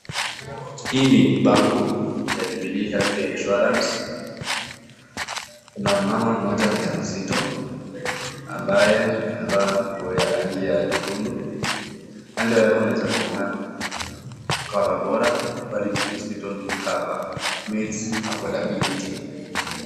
Hii ni bango ya Jubilee Health Care Insurance . Kuna mama mmoja mjamzito ambaye amevaa nguo ya rangi ya nyekundu. Pande yake unaweza kuona, “ Cover Bora, Quality Hospital Cover Meets Affordability. ”